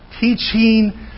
teaching